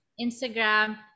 instagram